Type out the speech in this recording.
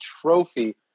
trophy